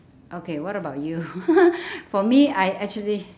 okay what about you for me I actually